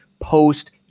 post